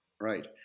right